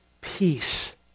peace